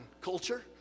culture